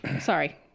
Sorry